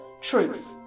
Truth